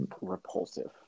repulsive